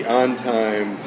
on-time